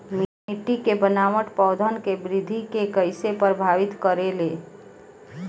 मिट्टी के बनावट पौधन के वृद्धि के कइसे प्रभावित करे ले?